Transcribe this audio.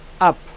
up